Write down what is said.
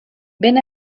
ben